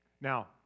Now